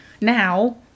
now